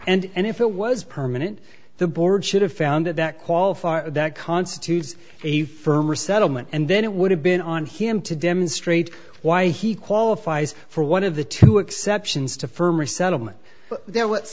permanent and if it was permanent the board should have found that qualifier that constitutes a firmer settlement and then it would have been on him to demonstrate why he qualifies for one of the two exceptions to firm or settlement there what